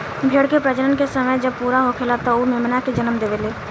भेड़ के प्रजनन के समय जब पूरा होखेला त उ मेमना के जनम देवेले